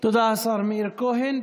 תודה, השר מאיר כהן.